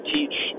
teach